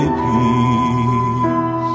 peace